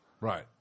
Right